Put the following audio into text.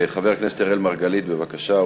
חבר הכנסת אראל מרגלית, בבקשה.